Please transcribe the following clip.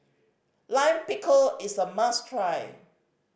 Lime Pickle is a must try